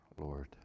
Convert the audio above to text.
Lord